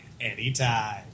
Anytime